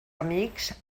amics